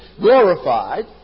glorified